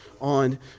on